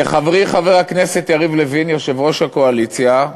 חברי חבר הכנסת יריב לוין, יושב-ראש הקואליציה,